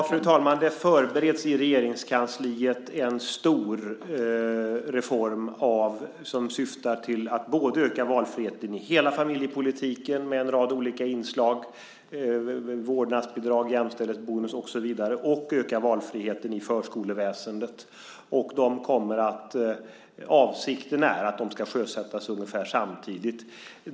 Fru talman! I Regeringskansliet förbereds en stor reform som syftar till att både öka valfriheten i hela familjepolitiken med en rad olika inslag - vårdnadsbidrag, jämställdhetsbonus och så vidare - och öka valfriheten i förskoleväsendet. Avsikten är att de sakerna ska sjösättas ungefär samtidigt.